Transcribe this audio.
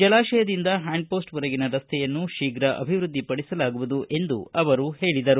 ಜಲಾಶಯದಿಂದ ಹ್ಯಾಂಡ್ಪೋಸ್ಟ್ವರೆಗಿನ ರಸ್ತೆಯನ್ನು ಶೀಘ ಅಭಿವೃದ್ದಿಪಡಿಸಲಾಗುವುದು ಎಂದು ಅವರು ಹೇಳಿದರು